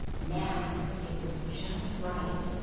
now it was just right,